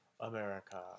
America